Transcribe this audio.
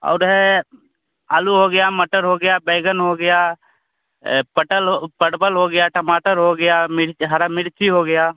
और है आलू हो गया मटर हो गया बैंगन हो गया पटल परवल हो गया टमाटर हो गया मिर्च हरा मिर्ची हो गया